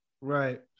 Right